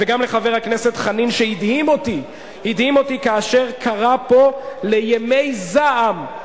וגם לחבר הכנסת חנין שהדהים אותי כאשר קרא פה לימי זעם.